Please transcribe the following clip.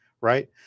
right